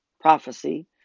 prophecy